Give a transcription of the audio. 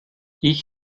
ich